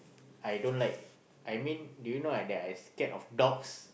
I don't like I mean do you know I that I scared of dogs